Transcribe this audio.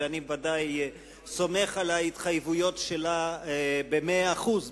ואני ודאי סומך על ההתחייבויות שלה במאה אחוז,